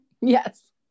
yes